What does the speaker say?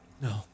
No